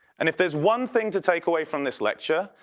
and if there's one thing to take away from this lecture,